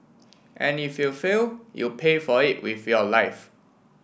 and if you fail you pay for it with your life